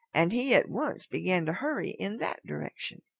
and he at once began to hurry in that direction.